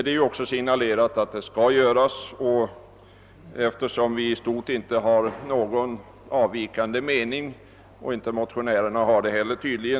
Det har också signalerats att detta skall ske, genom arbetsmarknadsstyrelsen, och eftersom vi i stort inte har någon avvikande mening — motionärerna har tydligen inte heller det — ber jag att få yrka bifall till utskottets hemställan.